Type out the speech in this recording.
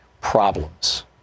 problems